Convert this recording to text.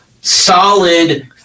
solid